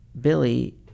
Billy